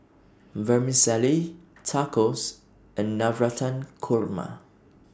Vermicelli Tacos and Navratan Korma